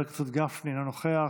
חבר הכנסת גפני, אינו נוכח.